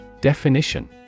Definition